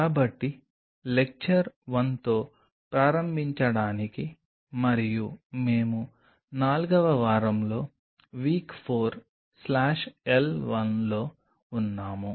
కాబట్టి లెక్చర్ 1తో ప్రారంభించడానికి మరియు మేము 4వ వారంలో W 4 స్లాష్ L 1లో ఉన్నాము